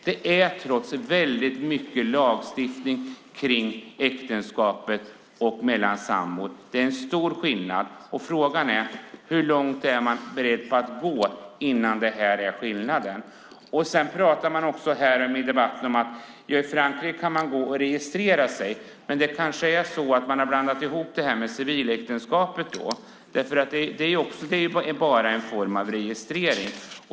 Det är trots allt väldigt mycket lagstiftning kring äktenskapet och samboendet. Det är en stor skillnad mot tidigare. Frågan är hur långt man är beredd att gå. Man pratar här i debatten om att i Frankrike kan man registrera sig. Men då kanske man har blandat ihop det med civiläktenskapet, för det är bara en form av registrering.